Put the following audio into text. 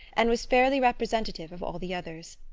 and was fairly representative of all the others.